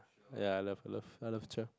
ya I love I love I love Cher